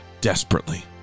desperately